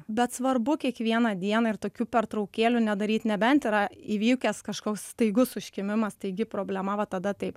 bet svarbu kiekvieną dieną ir tokių pertraukėlių nedaryt nebent yra įvykęs kažkoks staigus užkimimas taigi problema va tada taip